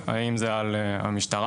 האם זה על המשטרה?